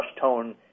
tone